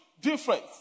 difference